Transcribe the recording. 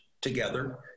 together